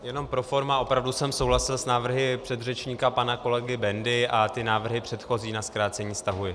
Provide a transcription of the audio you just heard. Jenom pro forma, opravdu jsem souhlasil s návrhy předřečníka pana kolegy Bendy a ty návrhy předchozí na zkrácení stahuji.